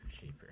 cheaper